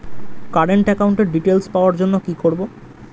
Current একাউন্টের details পাওয়ার জন্য কি করব?